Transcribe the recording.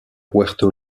puerto